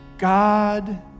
God